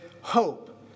hope